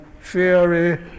theory